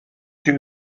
you